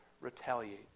retaliate